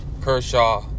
Kershaw